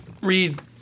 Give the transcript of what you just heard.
read